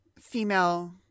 female